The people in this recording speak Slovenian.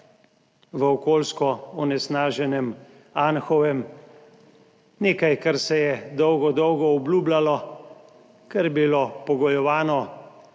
v okolijsko onesnaženem Anhovem, nekaj kar se je dolgo dolgo obljubljalo, kar je bilo pogojevano